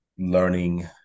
learning